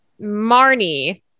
Marnie